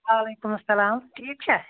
وعلیکُم اسلام ٹھیٖک چھا